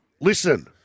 listen